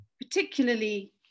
particularly